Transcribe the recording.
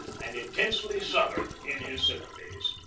and intensely southern in his sympathies.